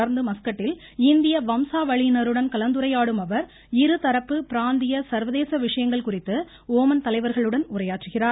தொடர்ந்து மஸ்கட்டில் இந்திய வம்சாவளியினருடன் கலந்துரையாடும் அவர் இருதரப்பு பிராந்திய சர்வதேச விசயங்கள் குறித்து ஒமன் தலைவர்களுடன் உரையாற்றுகிறார்